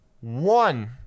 one